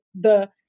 the-